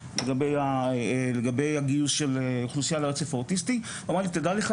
לגבי הגיוס של אוכלוסייה --- והוא אמר לי: תדע לך,